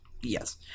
Yes